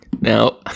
Now